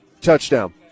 touchdown